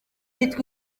yitwa